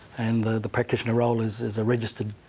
and the the practitioner role is is a registered